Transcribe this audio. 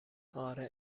آره